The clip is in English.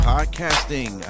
Podcasting